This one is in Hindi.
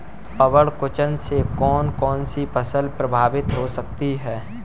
पर्ण कुंचन से कौन कौन सी फसल प्रभावित हो सकती है?